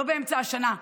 לא באמצע השנה,